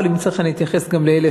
אבל אם צריך אני אתייחס גם לאלה